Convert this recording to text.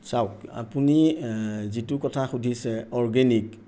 চাওঁক আপুনি যিটো কথা সুধিছে অৰ্গেনিক